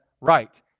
right